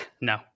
No